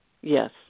Yes